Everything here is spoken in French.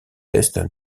est